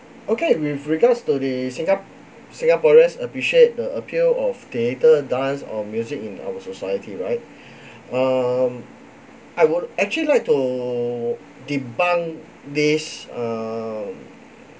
okay with regards to the singap~ singaporeans appreciate the appeal of theatre dance or music in our society right um I would actually like to debunk this err